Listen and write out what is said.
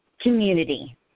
community